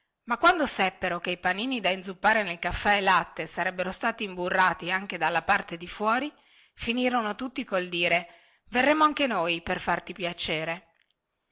ma quando seppero che i panini da inzuppare nel caffè e latte sarebbero stati imburrati anche dalla parte di fuori finirono tutti col dire verremo anche noi per farti piacere